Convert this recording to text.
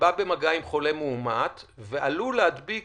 שבא במגע עם חולה מאומת ועלול להדביק